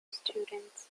students